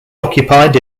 occupied